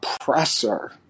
oppressor